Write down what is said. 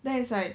then it's like